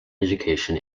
education